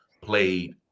played